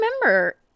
remember